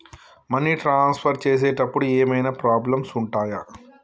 Money transfer చేసేటప్పుడు ఏమైనా problems ఉంటయా?